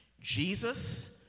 Jesus